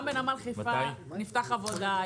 גם בנמל חיפה נפתח עבודה.